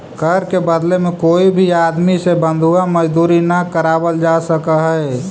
कर के बदले में कोई भी आदमी से बंधुआ मजदूरी न करावल जा सकऽ हई